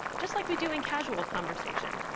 just like we do in casual conversation.